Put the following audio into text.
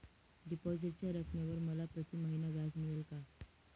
डिपॉझिटच्या रकमेवर मला प्रतिमहिना व्याज मिळेल का?